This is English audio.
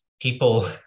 people